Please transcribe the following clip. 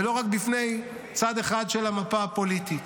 ולא רק בפני צד אחד של המפה הפוליטית?